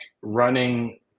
running